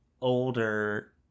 older